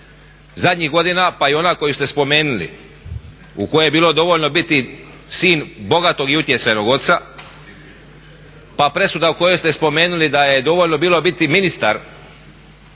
zadnjih godina, pa i ona koju ste spomenuli u kojoj je bilo dovoljno biti sin bogatog i utjecajnog oca, pa presuda u kojoj ste spomenuli da je dovoljno bilo biti ministar